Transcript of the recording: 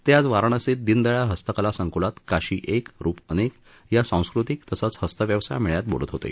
ते आज वाराणसीत दीनदयाळ हस्तकला संकुलात काशी एक रुप अनेक या सांस्कृतिक तसंच हस्तव्यवसाय मेळ्यात बोलत होते